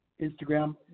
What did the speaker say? Instagram